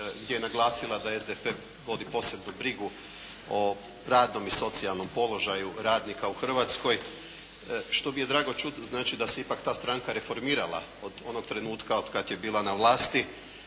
gdje je naglasila da SDP vodi posebnu brigu o radnom i socijalnom položaju radnika u Hrvatskoj, što mi je drago čut, znači da se ipak ta stranka reformirala od onog trenutka od kad je bila na vlasti.